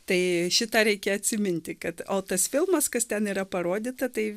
tai šitą reikia atsiminti kad o tas filmas kas ten yra parodyta tai